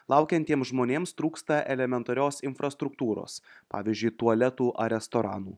laukiantiems žmonėms trūksta elementarios infrastruktūros pavyzdžiui tualetų ar restoranų